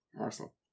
Arsenal